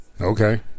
Okay